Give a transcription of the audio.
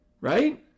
right